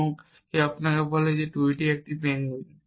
এবং তারপর কেউ আপনাকে বলে যে টুইটি একটি পেঙ্গুইন